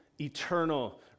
eternal